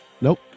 Nope